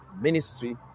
ministry